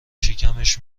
شکمش